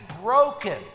broken